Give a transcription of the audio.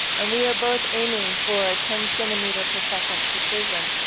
and we are both aiming for a ten centimetre per second precision,